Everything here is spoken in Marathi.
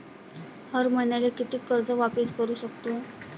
हर मईन्याले कितीक कर्ज वापिस करू सकतो?